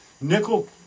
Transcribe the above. nickel